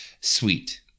sweet